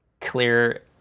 Clear